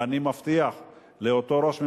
ואני מבטיח לאותו ראש הממשלה,